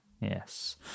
yes